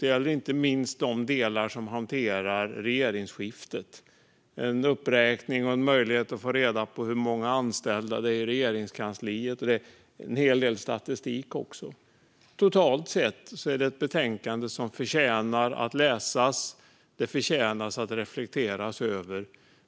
Det gäller inte minst de delar som hanterar regeringsskiftet. De innefattar en uppräkning av och möjlighet att få reda på hur många anställda som finns i Regeringskansliet och en hel del statistik. Totalt sett är det ett betänkande som förtjänar att läsas och att reflekteras över.